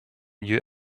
new